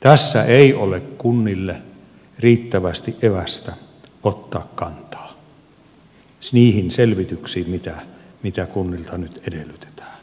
tässä ei ole kunnille riittävästi evästä ottaa kantaa niihin selvityksiin mitä kunnilta nyt edellytetään